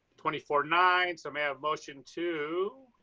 twenty four nine. so may i have motion to